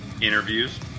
interviews